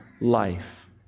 life